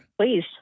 Please